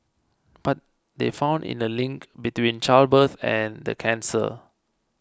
but they found in a link between childbirth and the cancer